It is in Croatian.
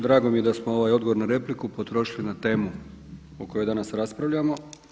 Drago mi je da smo ovaj odgovor na repliku potrošili na temu o kojoj danas raspravljamo.